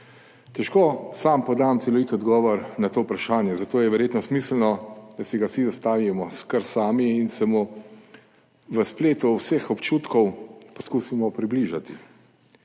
Težko sam podam celovit odgovor na to vprašanje, zato je verjetno smiselno, da si ga vsi vstavimo kar sami in se mu v spletu vseh občutkov poskusimo približati.